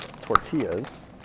tortillas